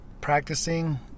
practicing